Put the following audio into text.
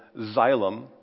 xylem